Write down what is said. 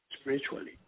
spiritually